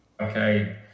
Okay